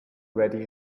ready